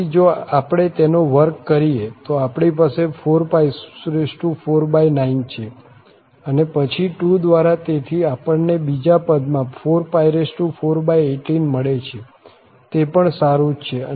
તેથી જો આપણે તેનો વર્ગ કરીએ તો આપણી પાસે 449 છે અને પછી 2 દ્વારા તેથી આપણને બીજા પદમાં 4418 મળે છે તે પણ સારું છે